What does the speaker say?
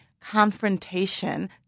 confrontation